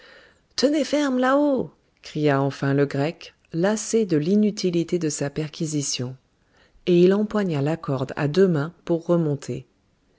tenez ferme là-haut cria enfin le grec lassé de l'inutilité de sa perquisition et il empoigna la corde à deux mains pour remonter